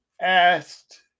asked